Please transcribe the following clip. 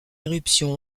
éruption